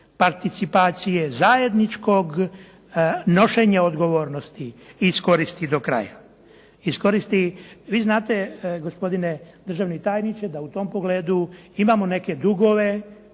participacije zajedničkog nošenja odgovornosti iskoristi do kraja. Vi znate gospodine državni tajniče da u tom pogledu imamo neke dugove,